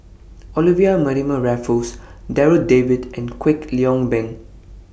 Olivia Mariamne Raffles Darryl David and Kwek Leng Beng